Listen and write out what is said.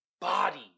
body